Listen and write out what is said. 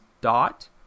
dot